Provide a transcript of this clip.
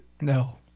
No